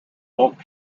bulk